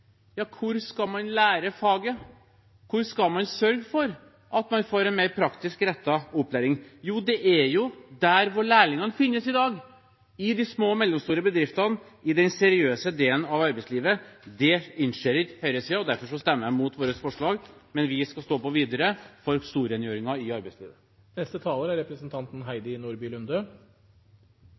Ja, hvor skal man lære faget? Hvor skal man sørge for at man får en mer praktisk rettet opplæring? Jo, det er der lærlingene finnes i dag, i de små og mellomstore bedriftene, i den seriøse delen av arbeidslivet. Det innser ikke høyresiden, derfor stemmer de imot våre forslag, men vi skal stå på videre for storrengjøringen i arbeidslivet. Min gode kollega Yassine Arakia i Oslo Høyre er